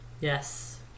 Yes